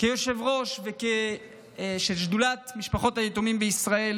כיושב-ראש של שדולת משפחות היתומים בישראל